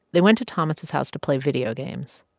they went to thomas's house to play video games.